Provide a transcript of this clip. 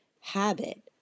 habit